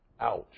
Ouch